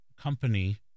company